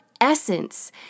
essence